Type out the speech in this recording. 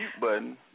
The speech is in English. button